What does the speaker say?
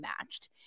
matched